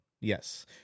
Yes